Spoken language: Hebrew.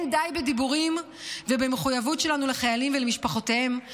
לא די בדיבורים ובמחויבות שלנו לחיילים ולמשפחותיהם.